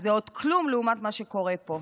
אז זה עוד כלום לעומת מה שקורה פה.